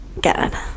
god